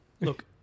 Look